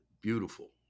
beautiful